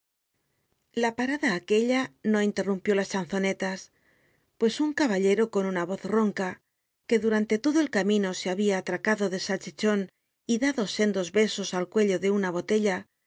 la parada aquella no inlcrrunllió las ehanzonelns pues un caballcro con una roz ronca que durante lodo el camino se había atmcado de salcbichon y dado sendos besos al cuello de una botella